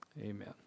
Amen